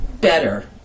better